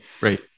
Right